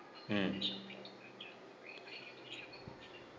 hmm